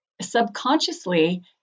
subconsciously